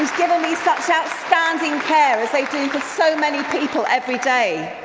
given me such outstanding care as they do for so many people every day.